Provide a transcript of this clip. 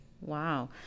Wow